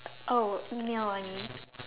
oh email I mean